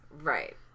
Right